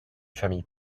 familles